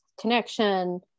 connection